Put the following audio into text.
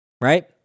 right